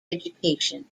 education